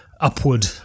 upward